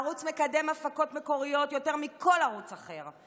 הערוץ מקדם הפקות מקוריות יותר מכל ערוץ אחר,